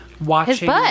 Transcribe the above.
watching